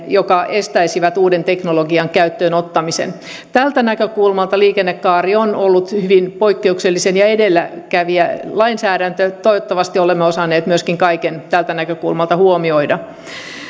jotka estäisivät uuden teknologian käyttöön ottamisen tästä näkökulmasta liikennekaari on ollut hyvin poikkeuksellista edelläkävijälainsäädäntöä toivottavasti olemme osanneet myöskin kaiken tästä näkökulmasta huomioida